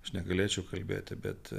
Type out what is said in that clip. aš negalėčiau kalbėti bet